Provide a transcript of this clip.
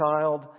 child